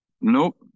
nope